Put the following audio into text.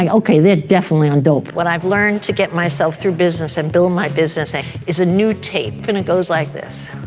ah okay. they're definitely on dope. what i've learned to get myself through business and build my business is a new tape and it goes like this.